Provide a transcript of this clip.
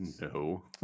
No